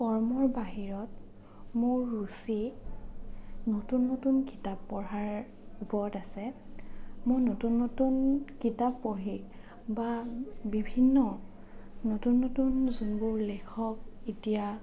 কৰ্মৰ বাহিৰত মোৰ ৰুচি নতুন নতুন কিতাপ পঢ়াৰ ওপৰত আছে মোৰ নতুন নতুন কিতাপ পঢ়ি বা বিভিন্ন নতুন নতুন যোনবোৰ লেখক এতিয়া